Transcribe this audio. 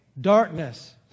darkness